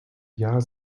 jahr